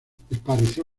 pareció